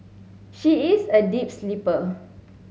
she is a deep sleeper